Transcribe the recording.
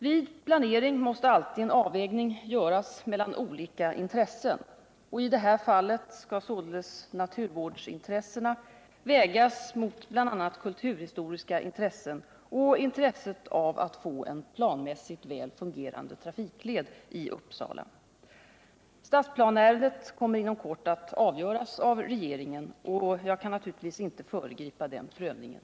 Vid planering måste alltid en avvägning göras mellan olika intressen. I det här fallet skall således naturvårdsintressena vägas mot bl.a. kulturhistoriska intressen och intresset av att få en planmässigt väl fungerande trafikled i Uppsala. Stadsplaneärendet kommer inom kort att avgöras av regeringen och jag kan naturligtvis inte föregripa den prövningen.